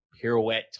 pirouette